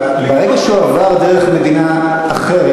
אבל ברגע שהוא עבר דרך מדינה אחרת,